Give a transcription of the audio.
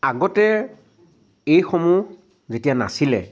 আগতে এইসমূহ যেতিয়া নাছিলে